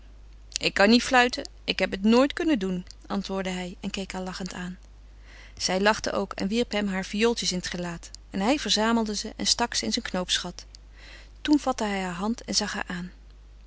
ik kan niet fluiten ik heb het nooit kunnen doen antwoordde hij en keek haar lachend aan zij lachte ook en wierp hem haar viooltjes in het gelaat en hij verzamelde ze en stak ze in zijn knoopsgat toen vatte hij haar hand en zag haar aan